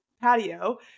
patio